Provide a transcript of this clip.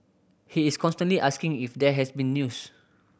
he is constantly asking if there has been news